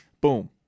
boom